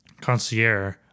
Concierge